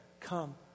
Come